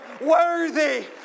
worthy